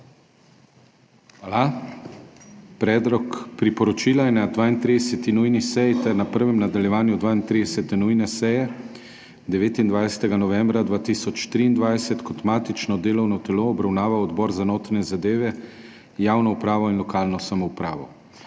Hvala. Predlog priporočila je na 32. nujni seji ter na prvem nadaljevanju 32. nujne seje 29. novembra 2023 kot matično delovno telo obravnaval Odbor za notranje zadeve, javno upravo in lokalno samoupravo.